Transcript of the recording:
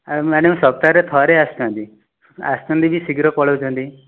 ଏମାନେ ବି ସପ୍ତାହରେ ଥରେ ଆସୁଛନ୍ତି ଆସୁଛନ୍ତି ବି ଶୀଘ୍ର ପଳାଉଛନ୍ତି